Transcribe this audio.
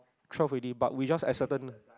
twelve already but we just have certain